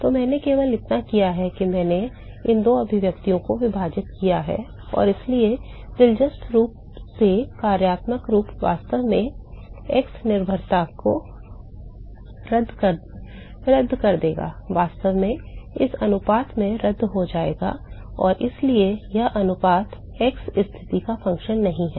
तो मैंने केवल इतना किया है कि मैंने इन 2 अभिव्यक्तियों को विभाजित किया है और इसलिए दिलचस्प रूप से कार्यात्मक रूप वास्तव में x निर्भरता को रद्द कर देगा वास्तव में इस अनुपात में रद्द हो जाएगा और इसलिए यह अनुपात x स्थिति का फ़ंक्शन नहीं है